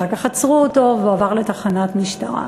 ואחר כך עצרו אותו והוא הועבר לתחנת משטרה.